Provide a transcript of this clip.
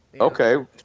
Okay